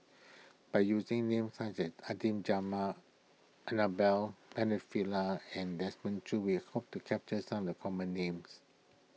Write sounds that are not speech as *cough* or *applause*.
by using names such as Adan *unintelligible* Annabel *unintelligible* and Desmond Choo we hope to capture some the common names